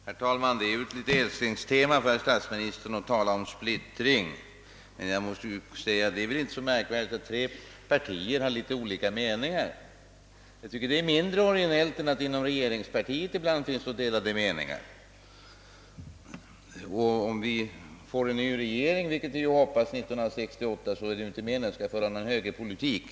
Herr talman! Att tala om splittring är statsministerns älsklingstema, men det är väl inte så märkvärdigt att tre partier har litet olika meningar. Det tycker jag är mindre originellt än att man ibland inom regeringspartiet har delade uppfattningar. Och om vi får en ny regering 1968 — vilket vi hoppas — är det inte meningen att den skall föra en högerpolitik.